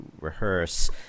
rehearse